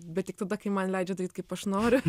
bet tik tada kai man leidžia daryt kaip aš noriu